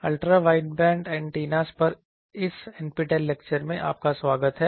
ultra wideband antenna पर इस NPTEL lecture में आपका स्वागत है